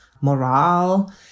morale